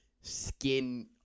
skin